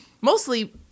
mostly